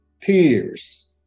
tears